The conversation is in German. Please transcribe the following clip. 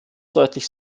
deutlich